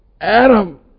Adam